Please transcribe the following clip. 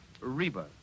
reba